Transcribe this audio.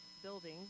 Building